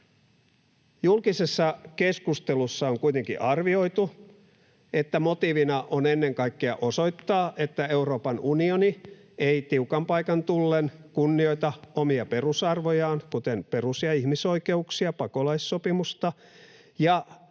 Julkisessa keskustelussa on kuitenkin arvioitu, että motiivina on ennen kaikkea osoittaa, että Euroopan unioni ei tiukan paikan tullen kunnioita omia perusarvojaan, kuten perus- ja ihmisoikeuksia, tai pakolaissopimusta ja